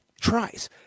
tries